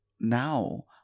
now